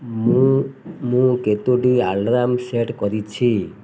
ମୁଁ ମୁଁ କେତୋଟି ଆଲାର୍ମ ସେଟ୍ କରିଛି